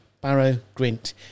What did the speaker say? Barrow-Grint